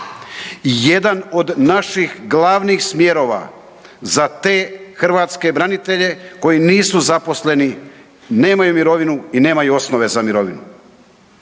Jedan od naših glavnih smjerova za te hrvatske branitelje koji nisu zaposleni, nemaju mirovinu i nemaju osnove za mirovinu.